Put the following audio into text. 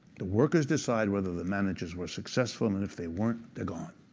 the workers decide whether the managers were successful. and if they weren't, they're gone.